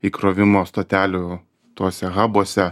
įkrovimo stotelių tuose habuose